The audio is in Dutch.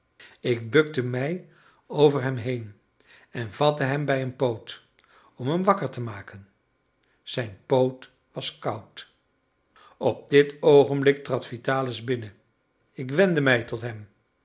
ik bukte mij over hem heen en vatte hem bij een poot om hem wakker te maken zijn poot was koud op dit oogenblik trad vitalis binnen ik wendde mij tot hem